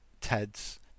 Ted's